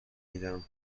میرم